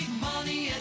money